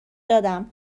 دادم